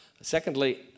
Secondly